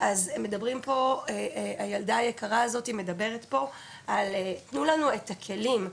אז מדברים פה הילדה היקרה הזאתי מדברת פה על 'תנו לנו את הכלים',